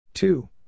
Two